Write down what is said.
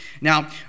Now